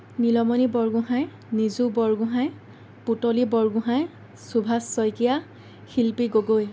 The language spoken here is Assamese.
নীলমণি বৰগোঁহাই নিজু বৰগোঁহাই পুতলী বৰগোঁহাই শুভাচ চইকীয়া শিল্পী গগৈ